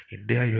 India